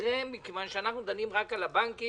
מקרה מכיוון שאנחנו דנים רק על הבנקים.